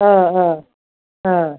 अ अ